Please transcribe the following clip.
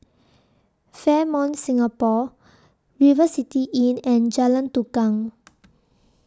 Fairmont Singapore River City Inn and Jalan Tukang